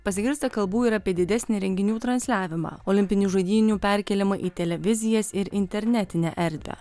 pasigirsta kalbų ir apie didesnį renginių transliavimą olimpinių žaidynių perkėlimą į televizijas ir internetinę erdvę